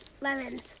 lemons